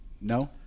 no